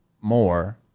more